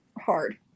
hard